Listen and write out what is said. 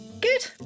good